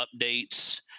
updates